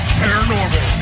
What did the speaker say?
paranormal